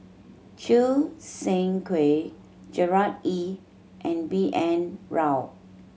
Choo Seng Quee Gerard Ee and B N Rao